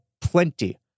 plenty